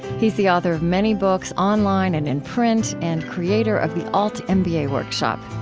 he's the author of many books, online and in print, and creator of the altmba workshop.